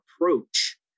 approach